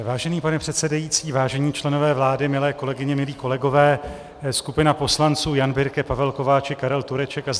Vážený pane předsedající, vážení členové vlády, milé kolegyně, milí kolegové, skupina poslanců Jan Birke, Pavel Kováčik, Karel Tureček a Zdeněk